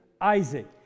Isaac